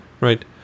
right